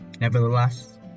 nevertheless